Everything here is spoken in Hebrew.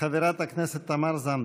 חברת הכנסת תמר זנדברג.